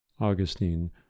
Augustine